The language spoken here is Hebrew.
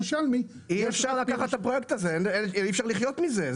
אי אפשר לקחת את הפרויקט הזה, אי אפשר לחיות מזה.